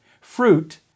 fruit